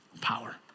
power